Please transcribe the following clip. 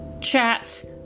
Chats